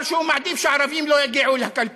ערב הבחירות, אמר: ערבים נוהרים אל הקלפיות,